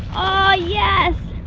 ah yes!